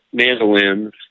mandolins